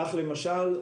כך למשל,